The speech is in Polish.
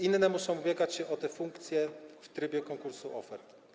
Inne ośrodki muszą ubiegać się o te funkcje w trybie konkursu ofert.